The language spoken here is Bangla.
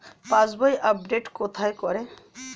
পাসবই আপডেট কোথায় করে?